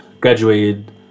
graduated